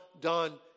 done